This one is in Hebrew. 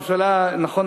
נכון,